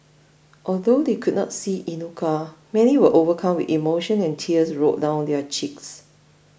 although they could not see Inuka many were overcome with emotion and tears rolled down their cheeks